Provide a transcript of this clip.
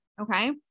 Okay